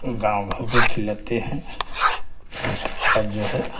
तो गाँव भर को खिलाते हैं और जो है